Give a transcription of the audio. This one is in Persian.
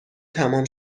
تمام